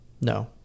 No